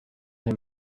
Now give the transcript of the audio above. him